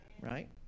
Right